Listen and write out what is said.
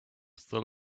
still